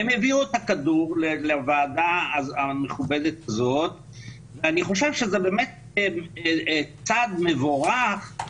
והם העבירו את הכדור לוועדה המכובדת הזאת ואני חושב שזה באמת צעד מבורך,